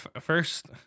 first